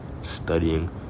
studying